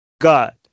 God